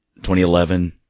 2011